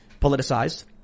politicized